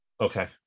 okay